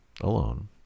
alone